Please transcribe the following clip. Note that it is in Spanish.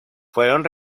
fueron